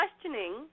questioning